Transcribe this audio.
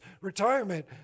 retirement